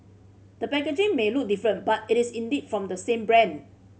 the packaging may look different but it is indeed from the same brand